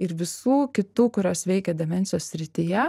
ir visų kitų kurios veikia demencijos srityje